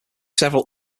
several